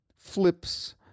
FLIP's